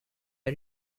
are